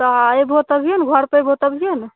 तऽ एबहो तभिए ने घर पर एबहो तभिए ने